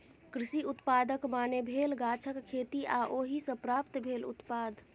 कृषि उत्पादक माने भेल गाछक खेती आ ओहि सँ प्राप्त भेल उत्पाद